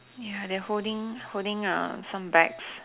ya they're holding holding uh some bags